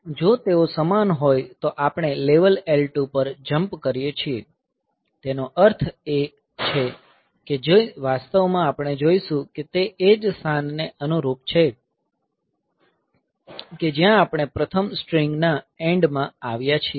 જો તેઓ સમાન હોય તો આપણે લેવલ L2 પર જંપ કરીએ છીએ તેનો અર્થ એ કે જે વાસ્તવમાં આપણે જોઈશું કે તે એ જ સ્થાનને અનુરૂપ છે કે જ્યાં આપણે પ્રથમ સ્ટ્રીંગ ના એન્ડ માં આવ્યા છીએ